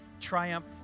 triumph